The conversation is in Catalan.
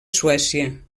suècia